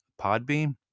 PodBeam